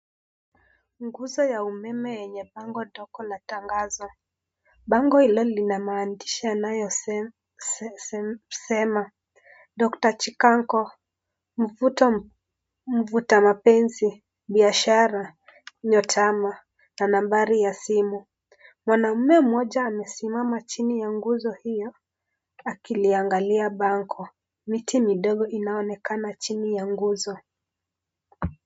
Nguzo ya umeme yenye bango dogo la tangazo. Bango hilo lina maandishi yanayosema" Dr Chikango mvuta mapenzi, biashara , Nyota na nambari ya simu". Mwanaume mmoja amesimama chini ya nguzo hiyo akiliangalia bango. Miti midogo inaonekana chini ya nguzo.